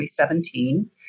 2017